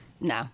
No